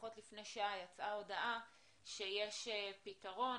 לפחות לפני שעה יצאה הודעה שיש פתרון.